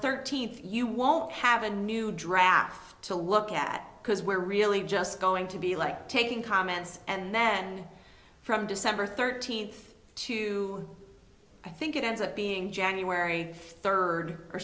thirteenth you won't have a new draft to look at because we're really just going to be like taking comments and then from december thirteenth two i think it ends up being january third or